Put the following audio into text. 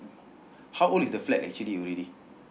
how old is the flat actually already